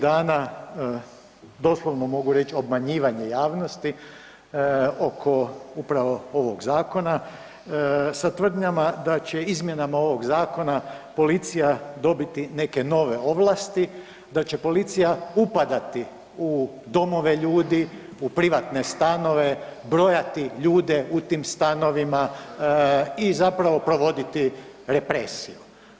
Doslovno mogu reći obmanjivanje javnosti oko upravo ovog zakona sa tvrdnjama da će izmjenama ovog zakona policija dobiti neke nove ovlasti, da će policija upadati u domove ljudi, u privatne stanove, brojati ljude u tim stanovima i zapravo provoditi represiju.